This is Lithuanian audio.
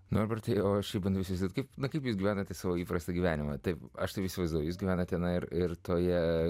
norbertui o aš bandau išsisukti kaip na kaip jūs gyvenate savo įprastą gyvenimą taip aš taip įsivaizduoju jis gyvena tenai ir ir toje